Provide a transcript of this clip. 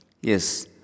Yes